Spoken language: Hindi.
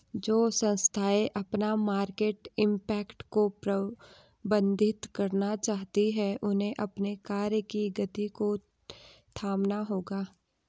जो संस्थाएं अपना मार्केट इम्पैक्ट को प्रबंधित करना चाहती हैं उन्हें अपने कार्य की गति को थामना होगा